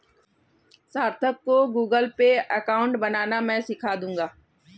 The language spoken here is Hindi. सार्थक को गूगलपे अकाउंट बनाना मैं सीखा दूंगा